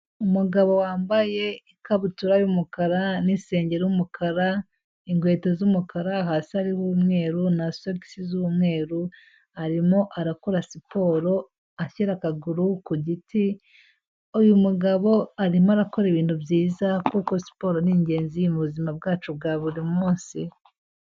Umugabo wambaye ikabutura y'umukara n'isenge ry'umukara, inkweto z'umukara, hasi ari umweru, amasogisi z'umweru, arimo arakora siporo ashyira akaguru ku giti, uyu mugabo arimo arakora ibintu byiza kuko siporo ni ingenzi mu buzima bwacu bwa buri munsi.